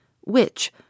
which